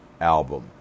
album